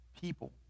people